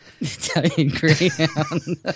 Italian